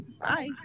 Bye